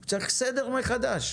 הוא צריך סדר מחדש.